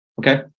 Okay